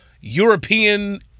European